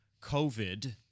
COVID